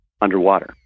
underwater